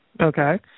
Okay